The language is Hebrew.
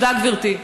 תודה, גברתי.